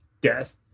death